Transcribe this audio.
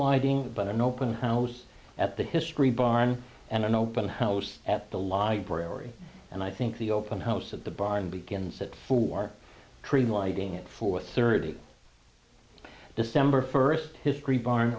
lighting but an open house at the history barn and an open house at the library and i think the open house at the barn begins at four cream lighting at four thirty december first history barn